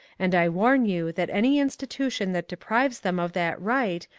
and i warn you that any institution that deprives them of that right,